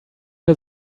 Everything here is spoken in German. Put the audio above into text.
der